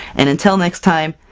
and until next time,